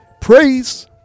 Praise